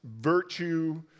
virtue